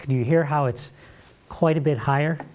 can you hear how it's quite a bit higher